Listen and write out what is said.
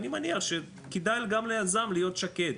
אני מניח שכדאי גם ליזם להיות שקט,